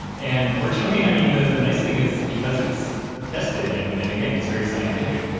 and fortunately i mean the the nice thing is because it's tested and, and again it's very scientific,